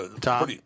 Tom